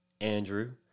Andrew